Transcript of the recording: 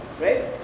right